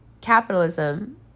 capitalism